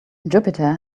jupiter